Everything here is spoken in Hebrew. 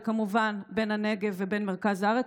וכמובן בין הנגב לבין מרכז הארץ,